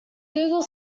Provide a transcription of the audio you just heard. google